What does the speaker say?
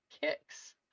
kicks